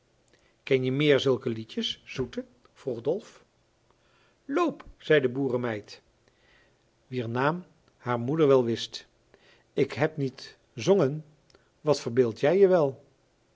kenje meer zulke liedjes zoete vroeg dolf loop zei de boeremeid wier naam haar moeder wel wist ik heb niet zongen wat verbeel jij je wel